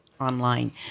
online